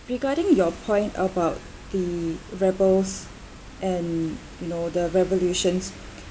regarding your point about the rebels and you know the revolutions